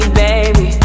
baby